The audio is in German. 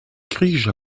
griechischer